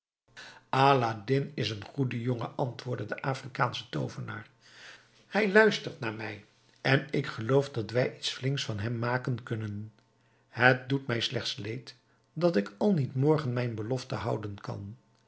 aladdin is een goede jongen antwoordde de afrikaansche toovenaar hij luistert naar mij en ik geloof dat wij iets flinks van hem maken kunnen het doet mij slechts leed dat ik al niet morgen mijn belofte houden kan